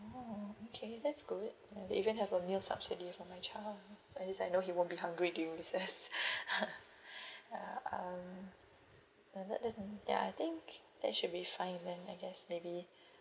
oh okay that's good uh even have a meal subsidy for my child so I just know he won't be hungry during recess ya um ya I think that should be fine then I guess maybe